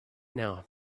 now